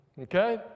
Okay